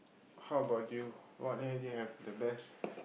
how about you what have you have the best